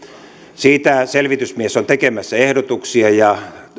siitä selvitysmies on tekemässä ehdotuksia ja